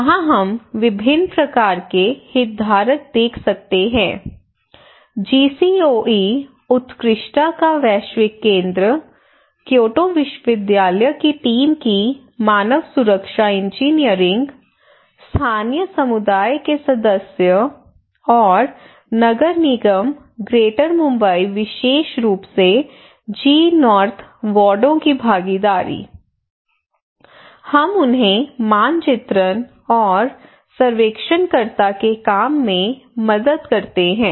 यहां हम विभिन्न प्रकार के हितधारक देख सकते हैं जीसीओई उत्कृष्टता का वैश्विक केंद्र क्योटो विश्वविद्यालय की टीम की मानव सुरक्षा इंजीनियरिंग स्थानीय समुदाय के सदस्य और नगर निगम ग्रेटर मुंबई विशेष रूप से जी नॉर्थ वार्डों की भागीदारी हम उन्हें मानचित्रण और सर्वेक्षणकर्ता के काम में मदद करते हैं